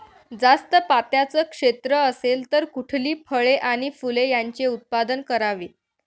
जास्त पात्याचं क्षेत्र असेल तर कुठली फळे आणि फूले यांचे उत्पादन करावे?